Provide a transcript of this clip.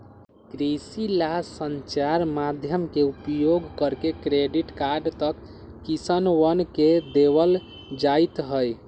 कृषि ला संचार माध्यम के उपयोग करके क्रेडिट कार्ड तक किसनवन के देवल जयते हई